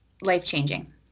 life-changing